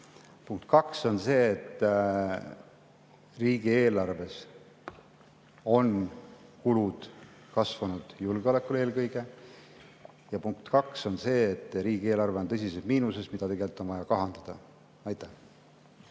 Punkt kaks on see, et riigieelarves on eelkõige kasvanud kulud julgeolekule. Ja punkt [kolm] on see, et riigieelarve on tõsises miinuses, mida tegelikult on vaja kahandada. Aitäh